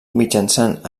mitjançant